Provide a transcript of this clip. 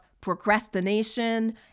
procrastination